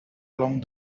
along